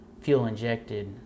fuel-injected